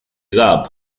gap